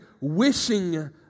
wishing